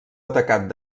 atacat